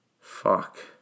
Fuck